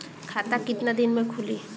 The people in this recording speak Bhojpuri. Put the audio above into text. खाता कितना दिन में खुलि?